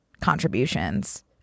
contributions